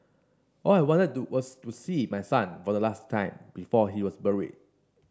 all I wanted was to see my son for the last time before he was buried